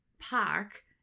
park